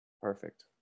perfect